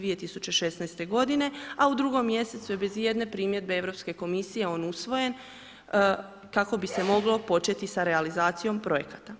2016. g. a u 2. mj. je bez ijedne primjedbe Europske komisije on usvojen kako bi se moglo početi sa realizacijom projekata.